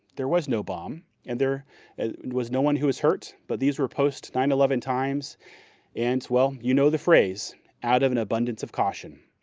there was no bomb and there was no one who was hurt, but these were post nine eleven times and, well, you know the phrase out of an abundance of caution.